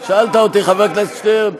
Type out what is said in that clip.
אני שמח, שאלת אותי, חבר הכנסת שטרן,